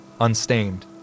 unstained